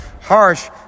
harsh